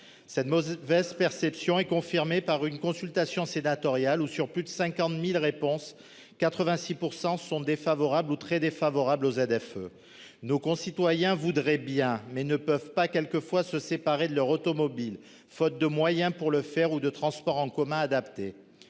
Cette mauvaise perception est confirmée par une consultation sénatoriale où sur plus de 50.000 réponses, 86% sont défavorables ou très défavorables aux ZFE nos concitoyens voudrait bien mais ne peuvent pas quelquefois se séparer de leur automobile, faute de moyens pour le faire ou de transports en commun adaptés.